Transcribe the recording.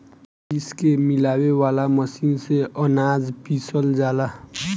पीस के मिलावे वाला मशीन से अनाज पिसल जाला